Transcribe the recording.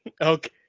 Okay